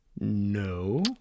No